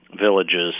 villages